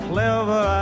Clever